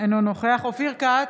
אינו נוכח אופיר כץ,